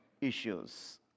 issues